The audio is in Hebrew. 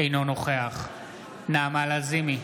אינו נוכח נעמה לזימי,